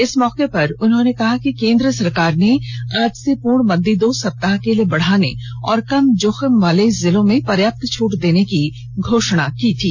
इस मौके पर उन्होंने कहा कि केन्द्र सरकार ने आज से पूर्णबंदी दो सप्ताह के लिए बढ़ाने और कम जोखिम वाले जिलों में पर्याप्त छूट देने की घोषणा की थी